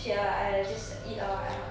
chill ah I'll just eat ah I'm